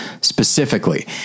specifically